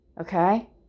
okay